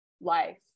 life